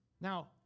Now